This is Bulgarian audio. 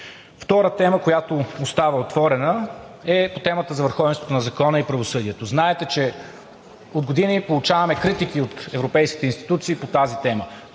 Втора тема, която остава отворена, е темата за върховенството на закона и правосъдието. Знаете, че от години получаваме критики от европейските институции по тази тема.